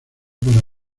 para